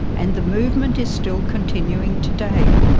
and the movement is still continuing today.